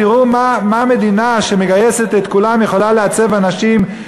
תראו איך מדינה שמגייסת את כולם יכולה לעצב אנשים,